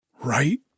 right